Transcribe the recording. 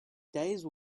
days